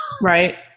Right